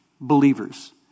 believers